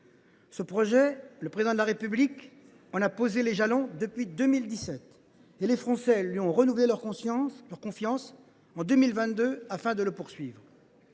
Ce projet, le Président de la République en a posé les jalons depuis 2017 et les Français lui ont renouvelé leur confiance en 2022, afin de le poursuivre.